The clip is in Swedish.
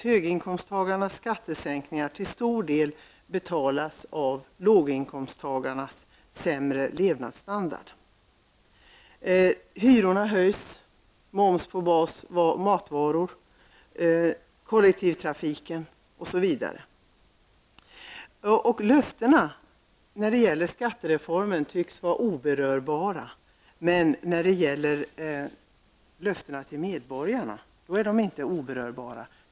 Höginkomsttagarnas skattesänkningar betalas faktiskt till stor del av låginkomsttagarnas sämre levnadsstandard. Hyrorna höjs. Det blir moms på matvaror och kollektivtrafiken blir dyrare osv. Löftena tycks vara oberörbara när det gäller skattereformen, men löftena till medborgarna är inte oberörbara.